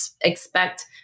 expect